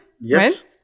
yes